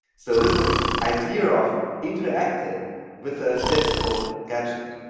so this was an idea of interacting with a digital gadget.